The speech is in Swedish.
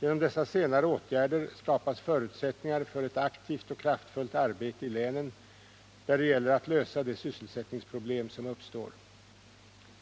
Genom dessa senare åtgärder skapas förutsättningar för ett aktivt och kraftfullt arbete i länen, där det gäller att lösa de sysselsättningsproblem som uppstår.